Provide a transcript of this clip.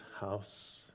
house